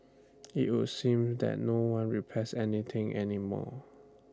IT would seem that no one repairs anything any more